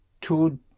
two